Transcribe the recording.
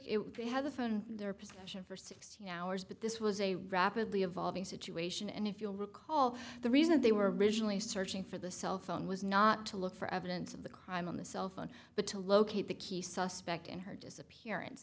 it had the phone their possession for sixteen hours but this was a rapidly evolving situation and if you'll recall the reason they were originally searching for the cell phone was not to look for evidence of the crime on the cell phone but to locate the key suspect in her disappearance